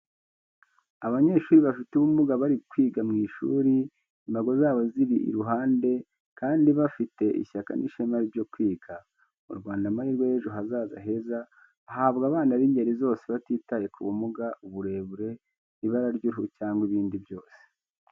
Abanyeshri bafite ubumuga bari kwiga mu ishuri, imbago zabo zibari iruhande kandi bafite ishyaka n'ishema byo kwiga. Mu Rwanda amahirwe y'ejo hazaza heza ahabwa abana b'ingeri zose batitaye ku bumuga, uburebure, ibara ry'uruhu cyangwa ibindi byose.